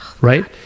right